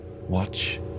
watch